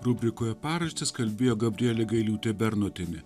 rubrikoje paraštės kalbėjo gabrielė gailiūtė bernotienė